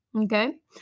Okay